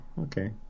okay